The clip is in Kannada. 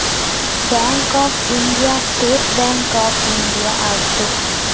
bank of India State bank of India ಆಯಿತು